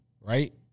Right